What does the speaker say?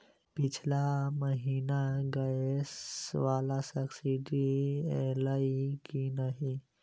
पिछला महीना गैस वला सब्सिडी ऐलई की नहि?